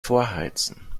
vorheizen